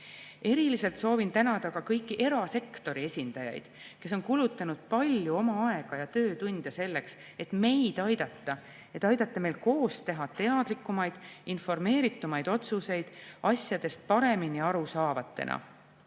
Eriliselt soovin tänada ka kõiki erasektori esindajaid, kes on kulutanud palju oma aega ja töötunde selleks, et meid aidata – et aidata meil koos teha teadlikumaid, informeeritumaid otsuseid asjadest paremini aru saavatena.